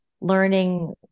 learning